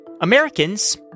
Americans